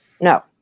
No